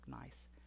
nice